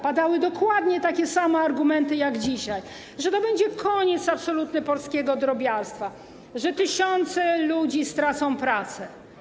Padały dokładnie takie same argumenty jak dzisiaj, że to będzie absolutny koniec polskiego drobiarstwa, że tysiące ludzi stracą pracę.